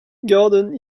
garden